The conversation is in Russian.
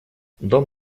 дом